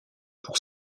pour